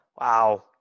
wow